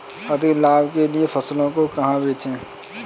अधिक लाभ के लिए फसलों को कहाँ बेचें?